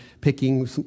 picking